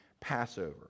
Passover